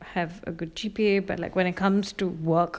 have a good G_P_A but like when like comes to work